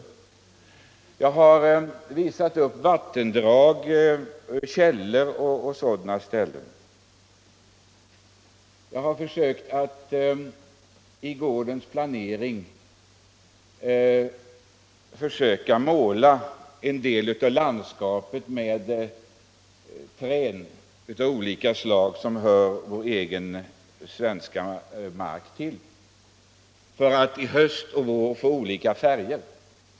Vidare har jag visat på vattendrag, källor och liknande och försökt att i gårdens planering måla en del av landskapet med träd av olika slag som hör markerna till, detta för att höst och vår få olika färger.